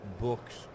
books –